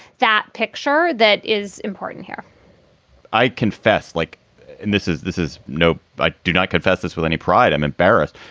that picture that is important here i confess like and this is this is no, i do not confess this with any pride. i'm embarrassed.